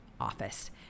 office